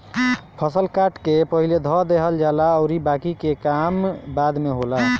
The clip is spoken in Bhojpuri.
फसल के काट के पहिले धअ देहल जाला अउरी बाकि के काम बाद में होला